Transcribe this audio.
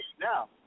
Now